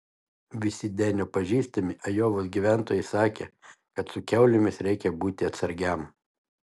visi denio pažįstami ajovos gyventojai sakė kad su kiaulėmis reikia būti atsargiam